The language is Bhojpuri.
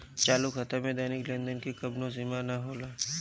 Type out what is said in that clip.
चालू खाता में दैनिक लेनदेन के कवनो सीमा ना होला